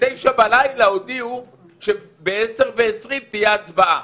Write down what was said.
ב-21:00 בלילה הודיעו שב-22:20 תהיה הצבעה.